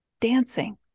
dancing